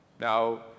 Now